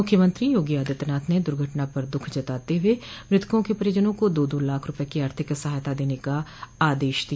मुख्यमंत्री योगी आदित्यनाथ ने दुर्घटना पर दुःख जताते हुए मृतकों के परिजनो को दो दो लाख रूपये की आर्थिक सहायता देने का आदेश दिया